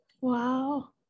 Wow